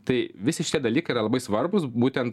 tai visi šitie dalykai yra labai svarbūs būtent